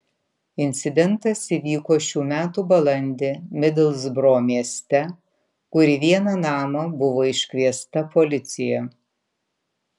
incidentas įvyko šių metų balandį midlsbro mieste kur į vieną namą buvo iškviesta policija